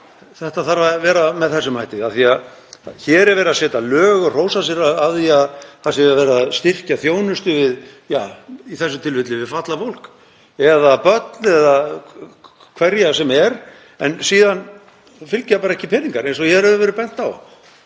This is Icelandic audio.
þetta þarf að vera með þessum hætti af því að hér er verið að setja lög og hrósa sér af því að það sé verið að styrkja þjónustu við, í þessu tilfelli við fatlað fólk, eða börn eða hverja sem er, en síðan fylgja ekki peningar, eins og hér hefur verið bent á.